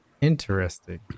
interesting